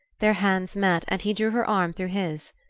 their hands met, and he drew her arm through his.